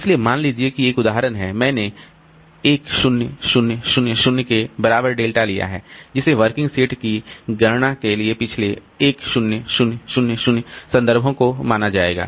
इसलिए मान लीजिए कि एक उदाहरण है मैंने 10 000 के बराबर डेल्टा लिया है जिसे वर्किंग सेट की गणना के लिए पिछले 10 000 संदर्भों को माना जाएगा